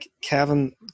Kevin